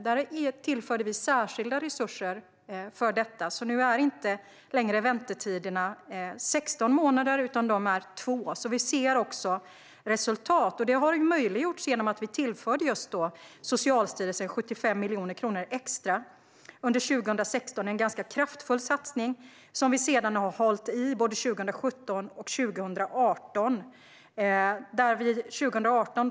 Vi tillförde särskilda resurser för detta, så nu är inte väntetiderna längre 16 månader, utan de är 2. Vi ser alltså resultat. Det har möjliggjorts genom att vi tillförde Socialstyrelsen 75 miljoner kronor extra under 2016. Det var en ganska kraftfull satsning som vi sedan har hållit i under 2017 och 2018.